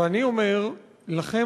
ואני אומר לכם,